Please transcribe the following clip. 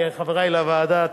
חברי לוועדה,